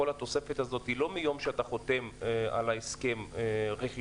כל התוספת הזאת היא לא מיום שאתה חותם על הסכם הרכישה,